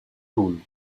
tool